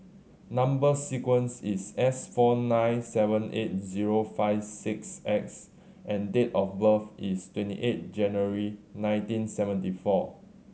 number sequence is S four nine seven eight zero five six X and date of birth is twenty eight January nineteen seventy four